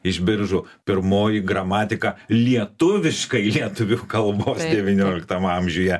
iš biržų pirmoji gramatika lietuviškai lietuvių kalbos devynioliktam amžiuje